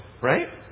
right